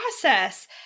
process